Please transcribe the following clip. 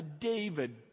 David